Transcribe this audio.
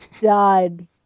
died